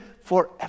forever